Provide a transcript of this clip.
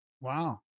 Wow